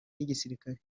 n’igisirikare